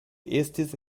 estis